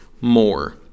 more